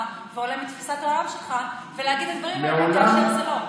ועולה מתפיסת העולם שלך ולהגיד את הדברים כאשר זה לא.